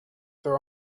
their